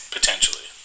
Potentially